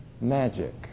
magic